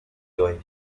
joe